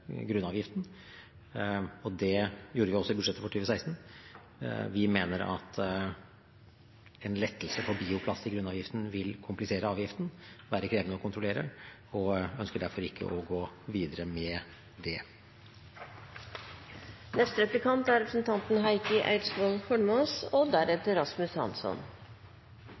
grunnavgiften. Det gjorde vi også i forbindelse med budsjettet for 2016. Vi mener at en lettelse for bioplast i grunnavgiften vil komplisere avgiften – være krevende å kontrollere – og ønsker derfor ikke å gå videre med det.